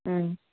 आ